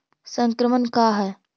संक्रमण का है?